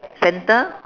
center